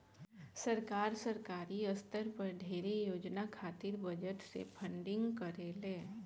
सरकार, सरकारी स्तर पर ढेरे योजना खातिर बजट से फंडिंग करेले